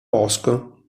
bosco